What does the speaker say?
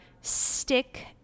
stick